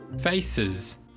faces